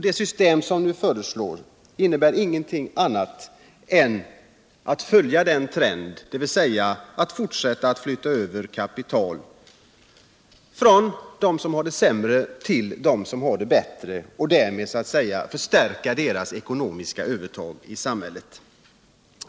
Det system som nu föreslås innebär ingenting annat än att man följer den trenden, dvs. fortsätter att Aytta över kapital från dem som har det sämre till dem som har det bättre för att därmed förstärka deras ekonomiska övertag i samhället.